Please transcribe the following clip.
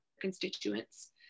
constituents